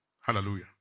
Hallelujah